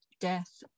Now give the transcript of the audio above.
Death